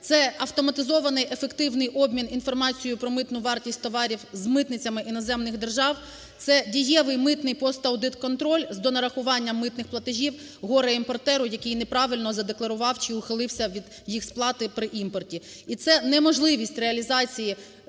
Це автоматизований ефективний обмін інформацією про митну вартість товарів з митницями іноземних держав. Це дієвий митнийпостаудит-контроль з донарахуванням митних платежів горе-імпортеру, який неправильно задекларував чи ухилився від їх сплати при імпорті. І це неможливість реалізації